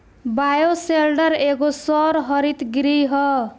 bioshelter एगो सौर हरित गृह ह